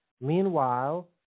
Meanwhile